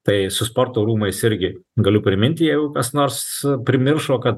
tai su sporto rūmais irgi galiu priminti jeigu kas nors primiršo kad